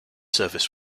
service